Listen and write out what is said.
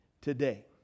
today